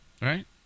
Right